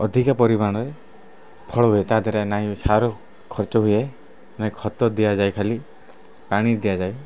ଅଧିକା ପରିମାଣରେ ଫଳ ହୁଏ ତାଧିରେ ନାହିଁ ସାରୁ ଖର୍ଚ୍ଚ ହୁଏ ନାହିଁ ଖତ ଦିଆଯାଏ ଖାଲି ପାଣି ଦିଆଯାଏ